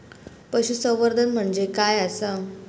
पशुसंवर्धन म्हणजे काय आसा?